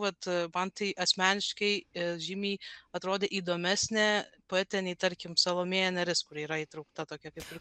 vat man tai asmeniškai žymiai atrodė įdomesnė poetė nei tarkim salomėja nėris kur yra įtraukta tokia kaip ir